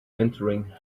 entering